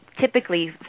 Typically